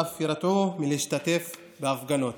ואף יירתעו מלהשתתף בהפגנות.